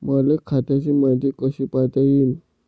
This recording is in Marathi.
मले खात्याची मायती कशी पायता येईन?